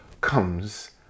comes